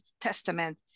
Testament